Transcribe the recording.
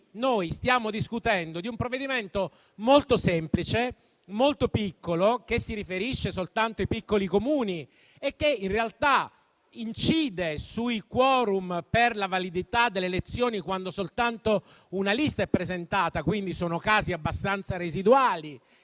infatti discutendo di un provvedimento molto semplice, molto piccolo, che si riferisce soltanto ai piccoli Comuni e che incide sui *quorum* per la validità delle elezioni quando soltanto una lista è stata presentata - quindi in casi abbastanza residuali